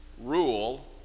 rule